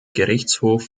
gerichtshof